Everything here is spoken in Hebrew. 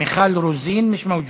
מיכל רוזין, איך אומרים,